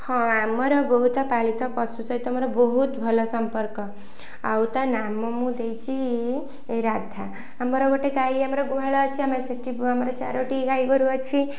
ହଁ ଆମର ବହୁତ ପାଳିତ ପଶୁ ସହିତ ମୋର ବହୁତ ଭଲ ସମ୍ପର୍କ ଆଉ ତା ନାମ ମୁଁ ଦେଇଚି ରାଧା ଆମର ଗୋଟେ ଗାଈ ଆମର ଗୁହାଳ ଅଛି ଆମର ସେଠି ଆମର ଚାରୋଟି ଗାଈଗୋରୁ ଅଛି